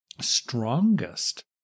strongest